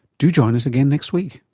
do join us again next week